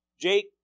Jake